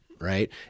right